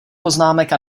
poznámek